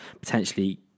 potentially